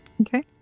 Okay